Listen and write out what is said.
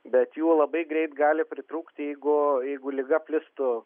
bet jų labai greit gali pritrūkti jeigu jeigu liga plistų